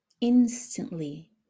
instantly